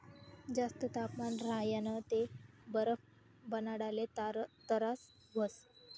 जास्त तापमान राह्यनं ते बरफ बनाडाले तरास व्हस